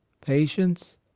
patience